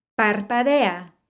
Parpadea